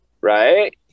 right